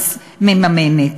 הממשלה מממנת.